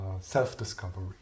self-discovery